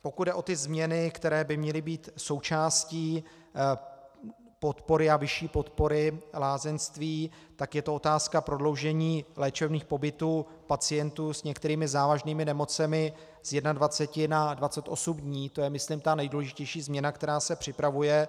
Pokud jde o změny, které by měly být součástí podpory, a vyšší podpory, lázeňství, tak je to otázka prodloužení léčebných pobytů pacientů s některými závažnými nemocemi z 21 na 28 dní, to je, myslím, ta nejdůležitější změna, která se připravuje.